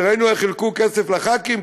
וראינו איך חילקו כסף לחברי כנסת,